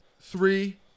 three